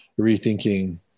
rethinking